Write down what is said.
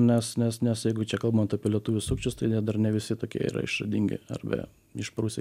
nes nes nes jeigu čia kalbant apie lietuvių sukčius tai jie dar ne visi tokie yra išradingi arbe išprusę